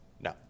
no